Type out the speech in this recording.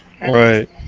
Right